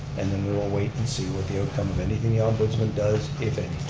and then we will wait and see what the outcome of anything the ombudsman does, if and